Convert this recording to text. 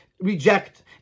reject